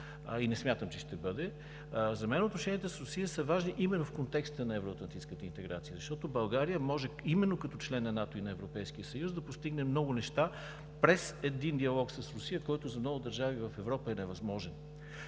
и не смятам, че ще бъде, за мен отношенията с Русия са важни именно в контекста на евроатлантическата интеграция, защото България може именно като член на НАТО и на Европейския съюз да постигне много неща през един диалог с Русия, който за много държави в Европа е невъзможен.